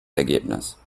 ergebnis